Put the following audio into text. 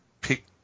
pick